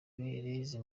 izi